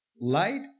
Light